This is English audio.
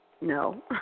No